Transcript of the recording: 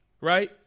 right